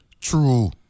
true